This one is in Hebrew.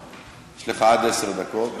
יש לך עד עשר דקות.